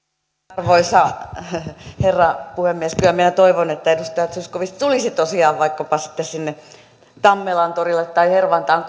arvoisa herra puhemies kyllä minä toivon että edustaja zyskowicz tulisi kuuntelemaan sitä tamperelaista logiikkaa tosiaan vaikkapa sinne tammelantorille tai hervantaan